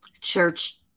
church